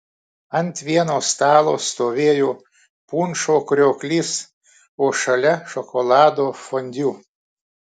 ant vieno stalo stovėjo punšo krioklys o šalia šokolado fondiu